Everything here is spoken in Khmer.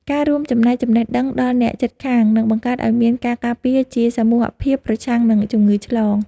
ការរួមចំណែកចំណេះដឹងដល់អ្នកជិតខាងនឹងបង្កើតឱ្យមានការការពារជាសមូហភាពប្រឆាំងនឹងជំងឺឆ្លង។